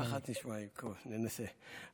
בנחת נשמעים, ננסה.